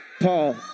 Paul